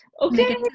okay